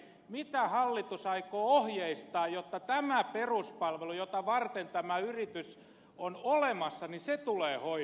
mitä hallitus aikoo ohjeistaa jotta tämä peruspalvelu jota varten tämä yritys on olemassa tulee hoidettua